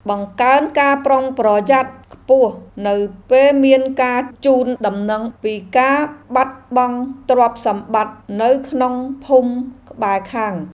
បង្កើនការប្រុងប្រយ័ត្នខ្ពស់នៅពេលមានការជូនដំណឹងពីការបាត់បង់ទ្រព្យសម្បត្តិនៅក្នុងភូមិក្បែរខាង។